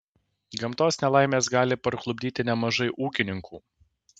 gamtos nelaimės gali parklupdyti nemažai ūkininkų